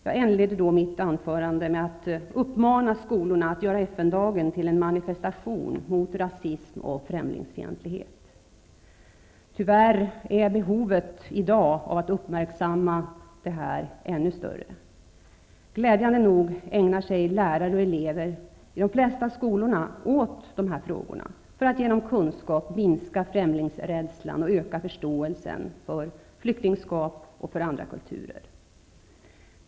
Jag inledde då mitt anförande med att uppmana skolorna att göra FN-dagen till en manifestation mot rasism och främlingsfientlighet. Tyvärr är behovet att uppmärksamma detta än större i dag. Glädjande nog ägnar sig lärare och elever i de flesta skolor åt dessa frågor för att genom kunskap minska främlingsrädslan och öka förståelsen för flyktingskap och andra kulturer.